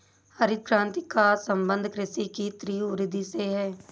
हरित क्रान्ति का सम्बन्ध कृषि की तीव्र वृद्धि से है